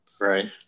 right